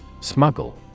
Smuggle